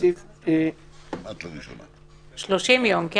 30 יום?